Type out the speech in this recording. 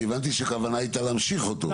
הבנתי שהכוונה הייתה להמשיך אותו.